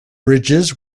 bridges